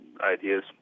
ideas